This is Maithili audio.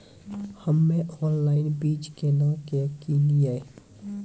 हम्मे ऑनलाइन बीज केना के किनयैय?